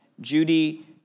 Judy